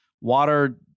water